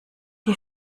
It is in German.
die